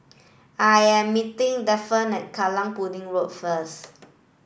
I am meeting Daphne Kallang Pudding Road first